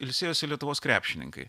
ilsėjosi lietuvos krepšininkai